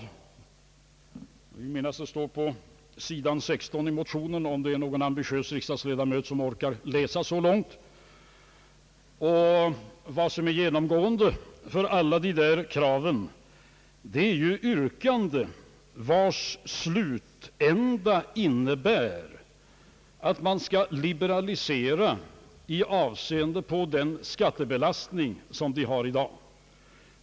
Jag vill minnas att de står på sidan 16 i motionen, om det är någon ambitiös riksdagsledamot som orkar läsa så långt. Genomgående för alla kraven är att man skall liberalisera i avseende på den skattebelastning som vi har i dag.